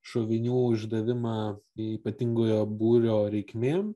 šovinių išdavimą ypatingojo būrio reikmėm